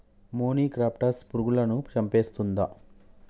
మొనిక్రప్టస్ పురుగులను చంపేస్తుందా?